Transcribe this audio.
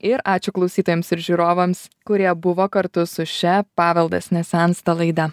ir ačiū klausytojams ir žiūrovams kurie buvo kartu su šia paveldas nesensta laida